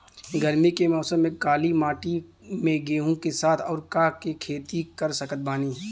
गरमी के मौसम में काली माटी में गेहूँ के साथ और का के खेती कर सकत बानी?